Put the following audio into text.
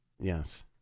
Yes